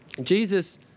Jesus